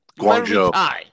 Guangzhou